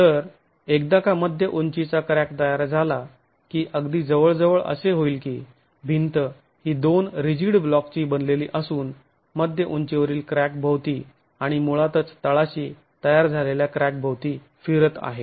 तर एकदा का मध्य उंचीचा क्रॅक तयार झाला की अगदी जवळ जवळ असे होईल की भिंत ही दोन रीजीड ब्लॉकची बनलेली असून मध्य उंचीवरील क्रॅक भोवती आणि मुळातच तळाशी तयार झालेल्या क्रॅक भोवती फिरत आहे